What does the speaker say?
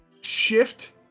shift